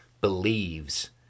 believes